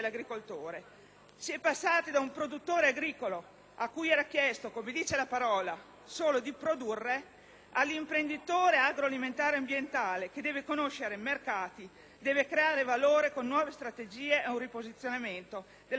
Si è passati da un produttore agricolo a cui era chiesto, come dice la parola, solo di produrre ad un imprenditore agroalimentare ambientale che deve conoscere i mercati, creare valore con nuove strategie e con un riposizionamento della propria azienda,